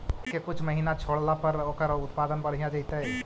खेत के कुछ महिना छोड़ला पर ओकर उत्पादन बढ़िया जैतइ?